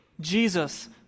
Jesus